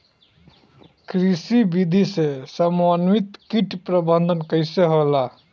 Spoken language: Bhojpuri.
कृषि विधि से समन्वित कीट प्रबंधन कइसे होला?